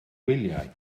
wyliau